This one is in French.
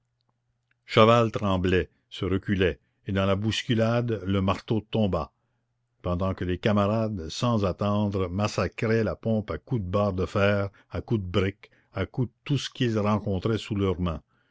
chaval tremblait se reculait et dans la bousculade le marteau tomba pendant que les camarades sans attendre massacraient la pompe à coups de barres de fer à coups de briques à coups de tout ce qu'ils rencontraient sous leurs mains